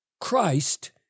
Christ